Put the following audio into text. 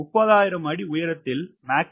30000 அடி உயரத்தில் மாக் 0